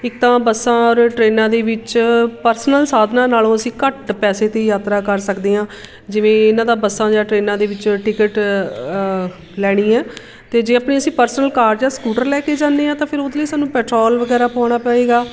ਇੱਕ ਤਾਂ ਬੱਸਾਂ ਔਰ ਟਰੇਨਾਂ ਦੇ ਵਿੱਚ ਪਰਸਨਲ ਸਾਧਨਾਂ ਨਾਲੋਂ ਅਸੀਂ ਘੱਟ ਪੈਸੇ 'ਤੇ ਯਾਤਰਾ ਕਰ ਸਕਦੇ ਆਂ ਜਿਵੇਂ ਇਹਨਾਂ ਦਾ ਬੱਸਾਂ ਜਾਂ ਟਰੇਨਾਂ ਦੇ ਵਿੱਚ ਟਿਕਟ ਲੈਣੀ ਆ ਅਤੇ ਜੇ ਆਪਣੀ ਅਸੀਂ ਪਰਸਨਲ ਕਾਰ ਜਾਂ ਸਕੂਟਰ ਲੈ ਕੇ ਜਾਂਦੇ ਹਾਂ ਤਾਂ ਫਿਰ ਉਹਦੇ ਲਈ ਸਾਨੂੰ ਪੈਟਰੋਲ ਵਗੈਰਾ ਪਾਉਣਾ ਪਏਗਾ